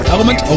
Element